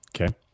Okay